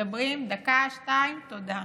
מדברים דקה-שתיים, תודה.